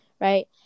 right